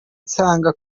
nsanga